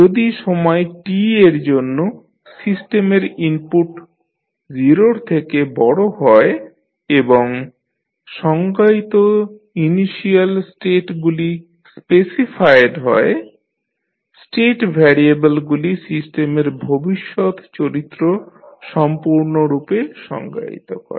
যদি সময় t এর জন্য সিস্টেমের ইনপুট 0 এর থেকে বড় হয় এবং সংজ্ঞায়িত ইনিশিয়াল স্টেটগুলি স্পেসিফায়েড হয় স্টেট ভ্যারিয়েবলগুলি সিস্টেমের ভবিষ্যৎ চরিত্র সম্পূর্ণরূপে সংজ্ঞায়িত করে